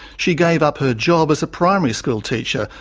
she gave up her job as a primary school teacher,